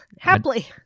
Happily